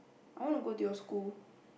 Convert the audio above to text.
I want to go to your school